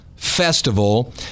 Festival